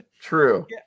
True